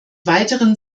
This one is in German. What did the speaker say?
weiteren